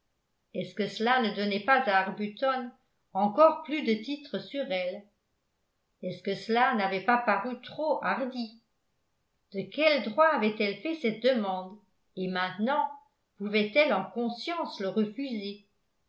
est-ce que cela ne donnait pas à arbuton encore plus de titres sur elle est-ce que cela n'avait pas paru trop hardi de quel droit avait-elle fait cette demande et maintenant pouvait-elle en conscience le refuser